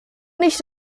nicht